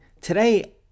Today